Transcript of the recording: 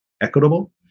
equitable